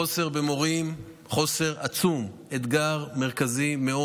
יש חוסר במורים, חוסר עצום, אתגר מרכזי מאוד.